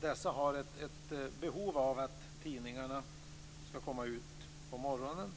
Dessa har ett behov av att tidningarna ska komma ut på morgonen.